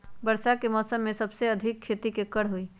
वर्षा के मौसम में सबसे अधिक खेती केकर होई?